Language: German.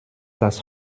das